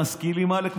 משכילים עלק,